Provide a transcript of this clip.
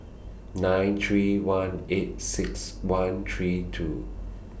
nine three one eight six one three two